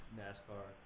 nascar.